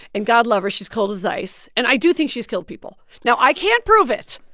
and god love her. she's cold as ice. and i do think she's killed people. now i can't prove it,